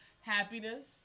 happiness